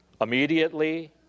immediately